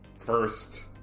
first